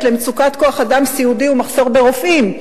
למצוקת כוח-האדם הסיעודי והמחסור ברופאים,